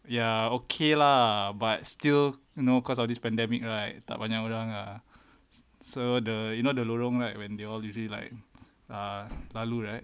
ya okay lah but still know because of this pandemic right tak banyak orang ah so the you know the lorong right when they all usually like ah lalu right